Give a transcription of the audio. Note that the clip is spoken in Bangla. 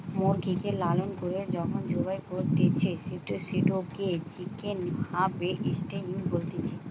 মুরগিকে লালন করে যখন জবাই করতিছে, সেটোকে চিকেন হার্ভেস্টিং বলতিছে